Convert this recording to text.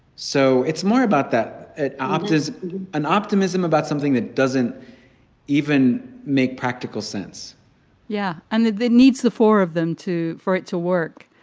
so it's more about that. it offers an optimism about something that doesn't even make practical sense yeah. and the the needs, the four of them to for it to work.